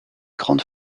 grande